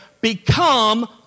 become